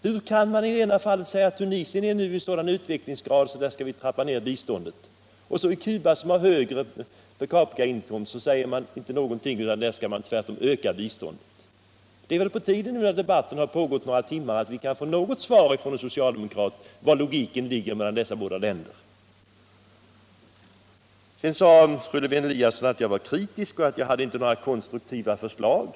Hur kan man i det ena fallet säga att Tunisien befinner sig i en sådan utvecklingsgrad att man kan trappa ned biståndet dit, medan man i fallet Cuba, som har högre per capila-Inkomst, inte säger någonting sådant, utan tvärtom vill öka biståndet dit? Det är på tiden att vi nu, när debatten har pågått några timmar, kan få något svar från socialdemokraterna på frågan, var logiken ligger med hänsyn till skillnaderna mellan dessa båda länder! Fru Lewén-Eliasson sade att jag var kritisk och alt jag inte hade några konstruktiva förslag.